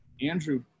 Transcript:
Andrew